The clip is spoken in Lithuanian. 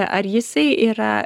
ar jisai yra